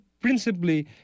principally